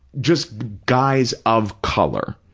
just guys of color,